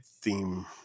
theme